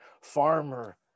farmer